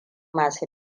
masu